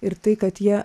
ir tai kad jie